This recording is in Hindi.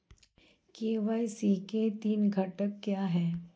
के.वाई.सी के तीन घटक क्या हैं?